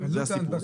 זה הסיפור.